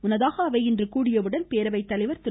முன்னதாக அவை இன்று கூடியவுடன் பேரவை தலைவர் திரு